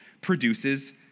produces